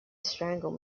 strangle